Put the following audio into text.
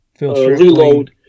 reload